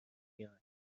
بیاین